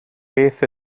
beth